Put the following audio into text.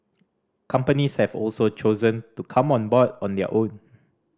companies have also chosen to come on board on their own